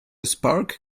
spark